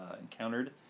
encountered